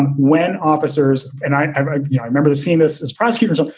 when officers and i yeah remember the scene, this is prosecutors. ah